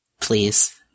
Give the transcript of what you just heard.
Please